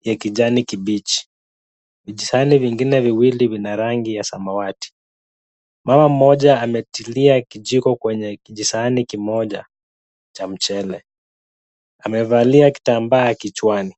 ya kijani kibichi. Vijisani vingine viwili vina rangi ya samawati. Mama mmoja ametilia kijiko kwenye kijisani kimoja. Cha mchele. Amevalia kitambaa kichwani.